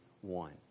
one